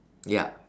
yup